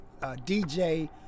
DJ